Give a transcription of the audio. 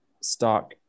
stock